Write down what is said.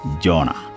Jonah